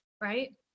right